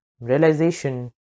realization